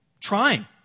trying